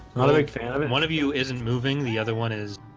another big fan. i mean one of you isn't moving the other one is